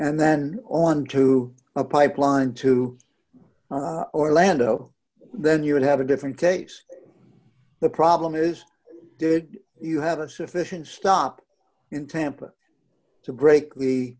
and then onto a pipeline to orlando then you would have a different case the problem is did you have a sufficient stop in tampa to break